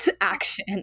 action